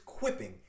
quipping